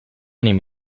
name